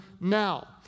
now